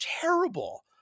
terrible